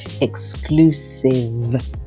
exclusive